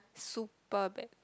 super bad